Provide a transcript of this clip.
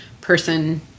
person